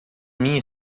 minha